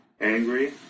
angry